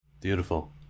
Beautiful